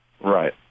Right